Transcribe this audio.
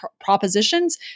propositions